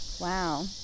Wow